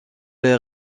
les